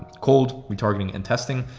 called retargeting and testing.